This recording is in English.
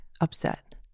upset